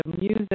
music